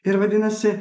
ir vadinasi